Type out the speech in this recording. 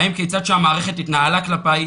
האם כיצד שהמערכת התנהלה כלפי,